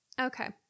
okay